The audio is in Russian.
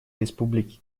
республики